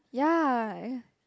ya